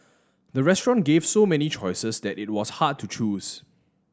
the restaurant gave so many choices that it was hard to choose